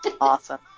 Awesome